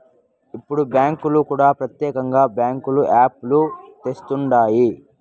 ఇప్పుడు బ్యాంకులు కూడా ప్రత్యేకంగా బ్యాంకుల యాప్ లు తెస్తండాయి